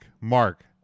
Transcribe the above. Mark